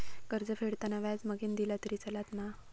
कर्ज फेडताना व्याज मगेन दिला तरी चलात मा?